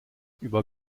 über